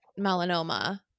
melanoma